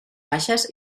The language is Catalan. baixes